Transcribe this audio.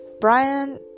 Brian